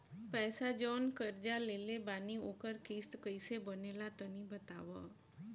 पैसा जऊन कर्जा लेले बानी ओकर किश्त कइसे बनेला तनी बताव?